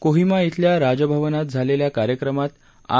कोहिमा इथल्या राजभवनात झालेल्या कार्यक्रमात आर